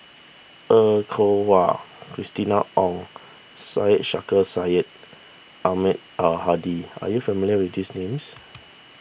Er Kwong Wah Christina Ong and Syed Sheikh Syed Ahmad Al Hadi are you familiar with these names